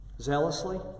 Zealously